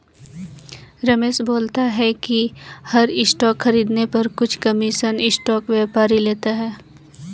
रमेश बोलता है कि हर स्टॉक खरीदने पर कुछ कमीशन स्टॉक व्यापारी लेता है